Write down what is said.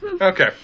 okay